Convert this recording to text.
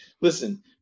listen